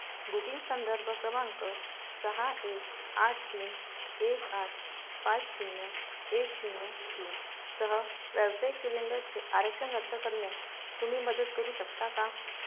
booking संदर्भ क्रमांक सहा एक आठ तीन एक आठ पाच शून्य एक शून्य तीनसह व्यावसायिक सिलेंडरचे आरक्षण रद्द करण्यात तुम्ही मदत करू शकता का